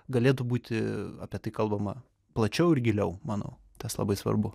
galėtų būti apie tai kalbama plačiau ir giliau manau tas labai svarbu